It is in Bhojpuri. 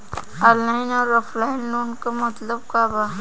ऑनलाइन अउर ऑफलाइन लोन क मतलब का बा?